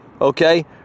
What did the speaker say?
okay